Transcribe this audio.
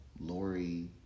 Lori